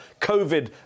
COVID